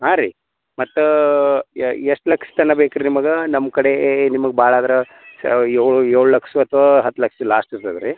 ಹಾಂ ರೀ ಮತ್ತೆ ಎಷ್ಟು ಲಕ್ಷ ತನಕ ಬೇಕು ರೀ ನಿಮಗೆ ನಮ್ಮ ಕಡೆ ನಿಮಗೆ ಭಾಳ ಆದ್ರೆ ಏಳು ಲಕ್ಷ ಅಥವಾ ಹತ್ತು ಲಕ್ಷ ಲಾಸ್ಟ್ ಸಿಗ್ತದೆ ರೀ